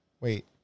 Wait